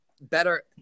better